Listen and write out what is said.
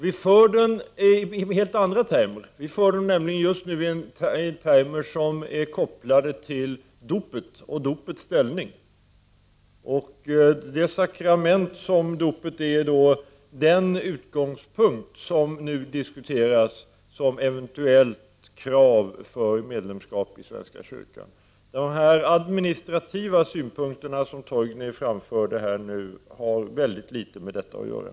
Vi för den med helt andra termer, vi för den just nu med termer som är kopplade till dopet och dopets ställning. Den utgångspunkt som nu diskuteras som eventuellt krav för medlemskap i svenska kyrkan är det sakrament som dopet utgör. De administrativa synpunkter som Torgny Larsson framförde har ytterst litet med detta att göra.